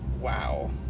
Wow